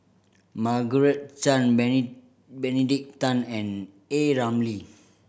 Margaret Chan Benedict Tan and A Ramli